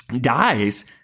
dies